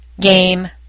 game